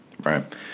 Right